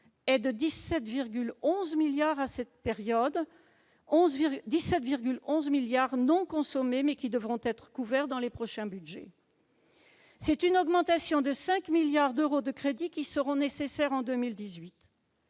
était de 17,11 milliards d'euros à cette période, soit 17,11 milliards d'euros non consommés, mais qui devront être couverts dans les prochains budgets. Une augmentation de 5 milliards d'euros de crédits sera nécessaire en 2018.